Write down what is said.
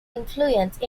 influence